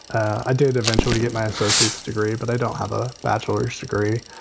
i did eventually get my associate's degree, but i don't have a bachelors degree.